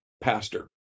pastor